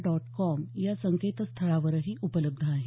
dot com या संकेतस्थळावरही उपलब्ध आहे